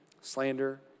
slander